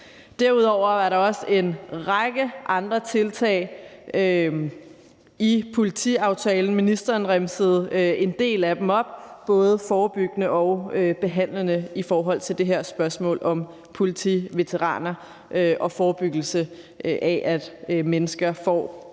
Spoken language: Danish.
Derudover er der også en række andre tiltag i politiaftalen – ministeren remsede en del af dem op – både forebyggende og behandlende i forhold til det her spørgsmål om politiveteraner og forebyggelse af, at mennesker får ptsd